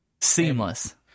Seamless